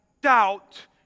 doubt